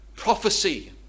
prophecy